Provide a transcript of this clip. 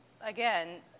again